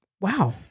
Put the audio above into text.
Wow